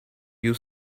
you